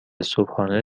صبحانه